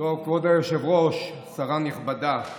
כבוד היושב-ראש, שרה נכבדה,